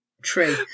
true